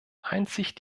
einzig